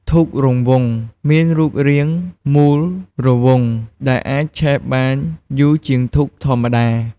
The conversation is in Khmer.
ធូបរង្វង់ មានរូបរាងមូលរង្វង់ ដែលអាចឆេះបានយូរជាងធូបធម្មតា។